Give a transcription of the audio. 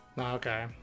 Okay